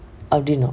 அப்புடிண்டோ:appudindo